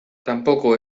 tampoco